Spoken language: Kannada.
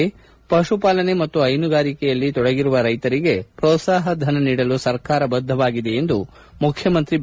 ರೈಶರಿಗೆ ಪಶುಪಾಲನೆ ಮತ್ತು ಹೈನುಗಾರಿಕೆಯಲ್ಲಿ ತೊಡಗಿರುವ ರೈತರಿಗೆ ಪೋತ್ಸಾಹ ಧನ ನೀಡಲು ಸರ್ಕಾರ ಬದ್ಧವಾಗಿದೆ ಎಂದು ಮುಖ್ಯಮಂತ್ರಿ ಬಿ